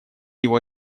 его